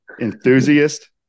enthusiast